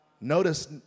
Notice